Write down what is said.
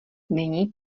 není